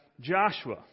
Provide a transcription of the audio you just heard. Joshua